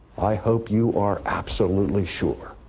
i hope you are absolutely sure